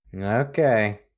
Okay